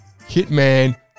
hitman